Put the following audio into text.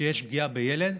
שיש פגיעה בילד,